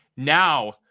Now